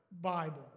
Bible